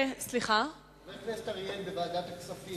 חבר הכנסת אריאל בוועדת הכספים,